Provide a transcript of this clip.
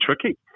tricky